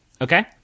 Okay